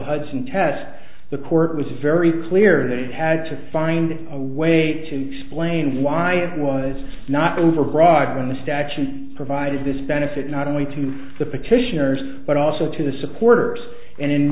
hudson test the court was very clear that it had to find a way to explain why it was not overbroad when the statute provided this benefit not only to the petitioners but also to the supporters and in